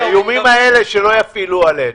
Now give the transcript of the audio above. את האיומים האלה שלא יפעילו עלינו.